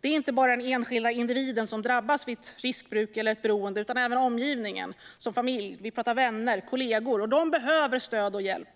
Det är inte bara den enskilda individen som drabbas vid ett riskbruk eller ett beroende utan även omgivningen - familj, vänner och kollegor. De behöver stöd och hjälp.